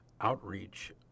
outreach